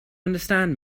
understand